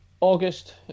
August